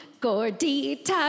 Gordita